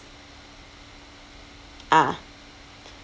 ah